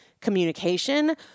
communication